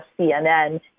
cnn